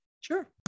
Sure